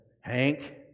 Hank